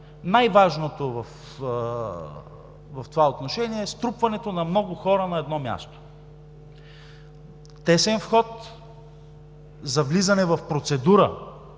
Най-важното в това отношение е струпването на много хора на едно място. Тесен вход за влизане в процедура